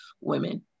women